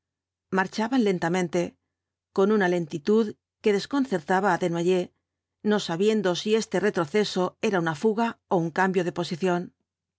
marchaban lentamente con una lentitud que desconcertaba á desnoy ers no sabiendo si este retroceso era una fuga ó un cambio de posición